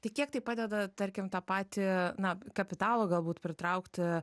tai kiek tai padeda tarkim tą patį na kapitalą galbūt pritraukti